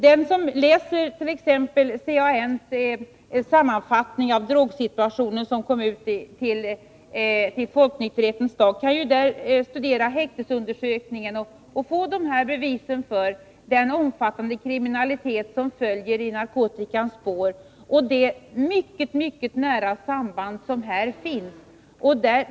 Den som läser t.ex. CAN:s sammanfattning av drogsituationen som kom ut till folknykterhetens dag kan ta del av häktesundersökningen och få bevis för det mycket nära samband som finns mellan kriminalitet och narkotika: i narkotikas spår följer en omfattande kriminalitet.